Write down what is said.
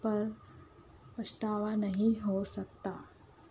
پر پچھتاوا نہیں ہو سکتا